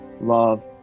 love